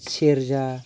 सेर्जा